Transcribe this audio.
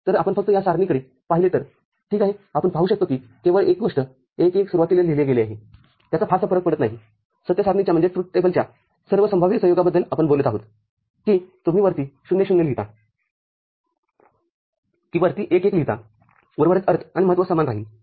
तर आपण फक्त या सारणीकडे पाहिले तर ठीक आहेआपण पाहू शकतो की केवळ एक गोष्ट १ १ सुरुवातीला लिहिले गेले आहेत्याचा फारसा फरक पडत नाही सत्य सारणीच्या सर्व संभाव्य संयोगांबद्दल आपण बोलत आहोत कि तुम्ही वरती ० ० लिहिता कि वरती १ १ लिहिता उर्वरित अर्थ आणि महत्त्व समान राहील